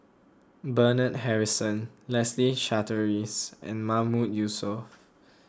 Bernard Harrison Leslie Charteris and Mahmood Yusof